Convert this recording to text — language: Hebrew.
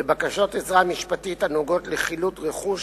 בבקשות עזרה משפטית הנוגעות לחילוט רכוש